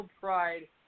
pride